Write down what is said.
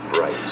Right